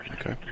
okay